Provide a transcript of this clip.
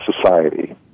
society